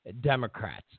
Democrats